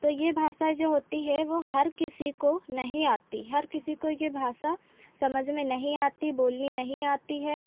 तो ये भाषाएँ जो होती है वे हर किसी को नहीं आती हर किसी को ये भाषा समझ में नहीं आती बोलनी नहीं आती है